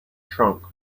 trunk